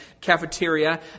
cafeteria